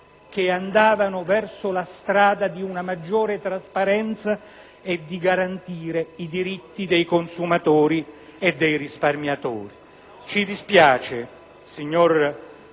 che andavano verso una maggiore trasparenza e garanzia dei diritti dei consumatori e dei risparmiatori. Ci dispiace, signora Presidente,